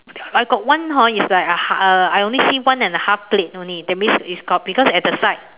I got one hor it's like a ha~ uh I only see one and a half plate only that means is got because at the side